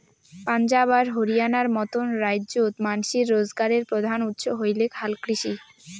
পাঞ্জাব আর হরিয়ানার মতন রাইজ্যত মানষির রোজগারের প্রধান উৎস হইলেক হালকৃষি